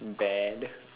bad